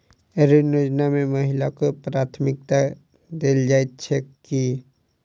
ऋण योजना मे महिलाकेँ प्राथमिकता देल जाइत छैक की?